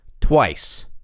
twice